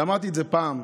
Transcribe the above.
ואמרתי את זה פעם.